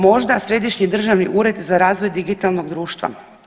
Možda Središnji državni ured za razvoj digitalnog društva?